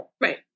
Right